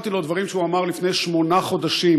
והזכרתי לו דברים שהוא אמר לפני שמונה חודשים,